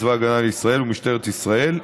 צבא הגנה לישראל ומשטרת ישראל,